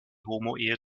homoehe